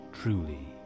truly